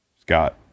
Scott